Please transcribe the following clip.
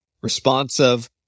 responsive